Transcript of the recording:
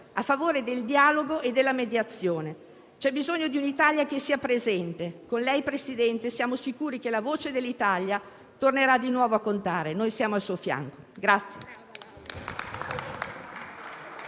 a favore del dialogo e della mediazione. C'è bisogno di un Italia che sia presente. Con lei, Presidente, siamo sicuri che la voce dell'Italia tornerà di nuovo a contare. Noi siamo al suo fianco.